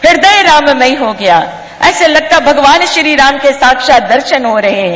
हृदय राममयी हो गया ऐसा लगता है कि भगवान श्रीराम के साक्षात दर्शन हो रहे है